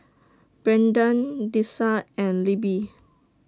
Brendan Dessa and Libby